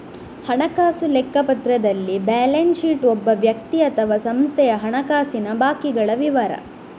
ಹಣಕಾಸು ಲೆಕ್ಕಪತ್ರದಲ್ಲಿ balance sheet ಒಬ್ಬ ವ್ಯಕ್ತಿ ಅಥವಾ ಸಂಸ್ಥೆಯ ಹಣಕಾಸಿನ ಬಾಕಿಗಳ ವಿವರ